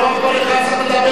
לא כל אחד צריך לדבר